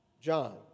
John